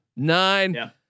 Nine